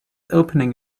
opening